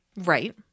right